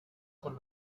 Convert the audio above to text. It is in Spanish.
con